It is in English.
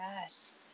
yes